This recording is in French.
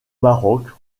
maroc